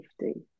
safety